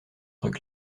autres